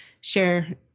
share